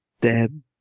Deb